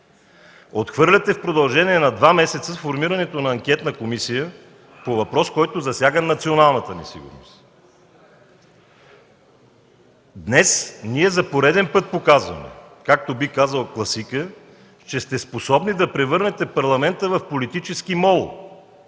Отхвърляте в продължение на два месеца сформирането на анкетна комисия по въпрос, който засяга националната ни сигурност. Днес ние за пореден път показваме, както би казал класикът, че сте способни да превърнете Парламента в политически МОЛ,